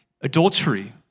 Adultery